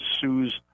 sues